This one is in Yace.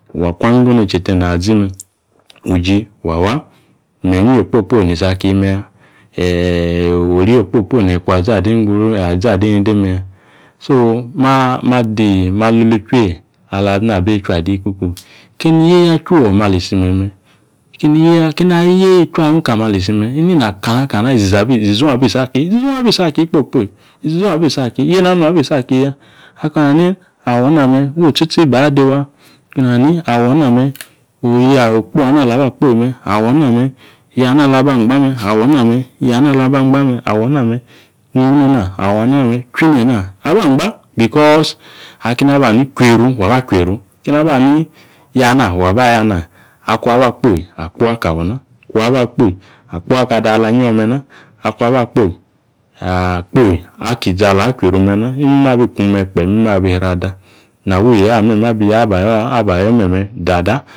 Uji wa wa. Manyi inyi okpoyi okpoyi ni isi aki meya ori okpoyi okpoyi neeyi kwavazi ade nende meya kini yeeya chiwi ome̱ ali isi me̱me̱ kini yeeya, keni ayeeya ichwi wa nika me̱ ali isi me̱ inina kana kana izizong abi isi aki. Yeeyi na ayo ni izi zong abi isi aki ya. Ako̱aha ni awo na me wo otsitsi ba dewa because akeni aba hani kwieru, wa ba kwieru, keni aba hana wa aba ayo̱ ana. Akung aba kpoyi, akpoyi, ako awo na, akung aba kpoyi akpoyi aka ado̱ ala anyio mema. akung aba akpoyi akpoyi aka izi okuyieru me̱ma. Imme abi kume̱ kpe̱ imime abi isri ada